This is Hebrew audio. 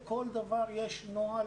לכל דבר יש נוהל,